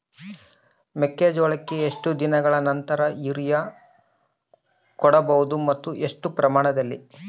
ಮೆಕ್ಕೆಜೋಳಕ್ಕೆ ಎಷ್ಟು ದಿನಗಳ ನಂತರ ಯೂರಿಯಾ ಕೊಡಬಹುದು ಮತ್ತು ಎಷ್ಟು ಪ್ರಮಾಣದಲ್ಲಿ?